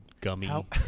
gummy